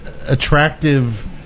attractive